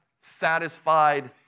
satisfied